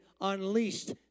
unleashed